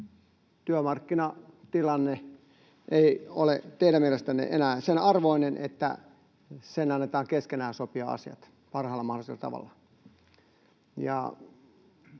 työmarkkinatilanne ei ole teidän mielestänne enää sen arvoinen, että sen annettaisiin keskenään sopia asiat parhaalla mahdollisella tavalla.